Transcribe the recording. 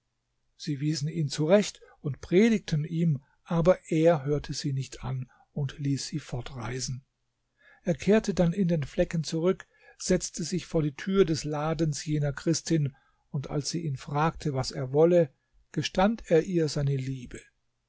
sie wiesen ihn zurecht und predigten ihm aber er hörte sie nicht an und ließ sie fortreisen er kehrte dann in den flecken zurück setzte sich vor die tür des ladens jener christin und als sie ihn fragte was er wolle gestand er ihr seine liebe